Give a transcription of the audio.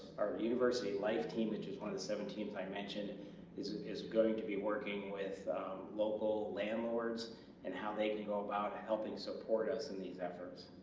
our university life team which is one of the seven teams i mentioned is is going to be working with local landlords and how they can go about helping support us in these efforts